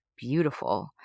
beautiful